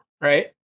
Right